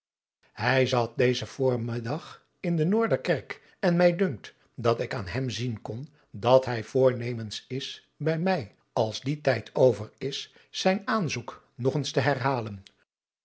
hij zat dezen voormiddag in de noorderkerk en mij dunkt dat ik aan hem zien kon dat hij voornemens is bij mij als die tijd over is zijn aanzoek nog eens te herhalen